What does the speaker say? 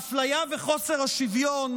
האפליה וחוסר השוויון